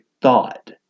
thought